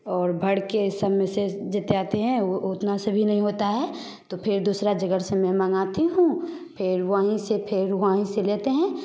और भर कर इन सब में से जितने आते हैं वो उतना से भी नहीं होता है तो फिर दूसरी जगह से मैं मंगाती हूँ फिर वहीं से फिर वहीं से लेते हैं